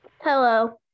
hello